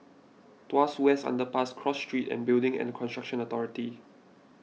Tuas West Underpass Cross Street and Building and Construction Authority